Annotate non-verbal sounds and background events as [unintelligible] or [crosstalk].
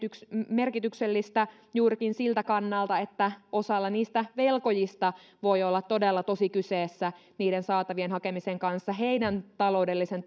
merkityksellistä juurikin siltä kannalta että osalla niistä velkojista voi olla todella tosi kyseessä niiden saatavien hakemisen kanssa heidän taloudellisen [unintelligible]